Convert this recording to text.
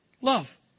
love